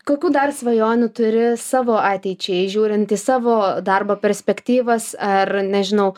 kokių dar svajonių turi savo ateičiai žiūrint į savo darbo perspektyvas ar nežinau